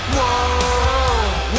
Whoa